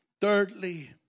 Thirdly